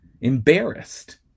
embarrassed